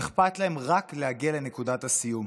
אכפת להם רק להגיע לנקודת הסיום.